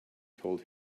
told